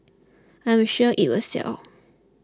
I'm sure it will sell